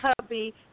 hubby